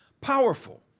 powerful